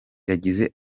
yagize